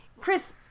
Chris